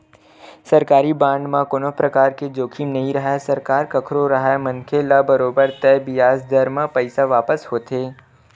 सरकारी बांड म कोनो परकार के जोखिम नइ राहय सरकार कखरो राहय मनखे ल बरोबर तय बियाज दर म पइसा वापस होथे